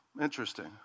Interesting